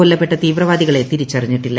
കൊല്ലപ്പെട്ട തീവ്രവാദികളെ തിരിച്ചറിഞ്ഞിട്ടില്ല